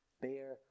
Bear